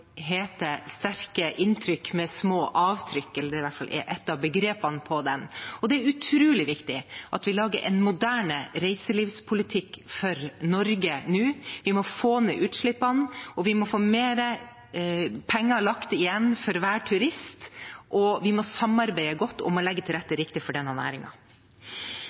Sterke inntrykk med små avtrykk – det er i hvert fall et av begrepene i den. Og det er utrolig viktig at vi lager en moderne reiselivspolitikk for Norge nå. Vi må få ned utslippene, vi må få mer penger lagt igjen for hver turist, og vi må samarbeide godt om å legge til rette for denne